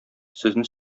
сезне